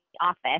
office